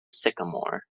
sycamore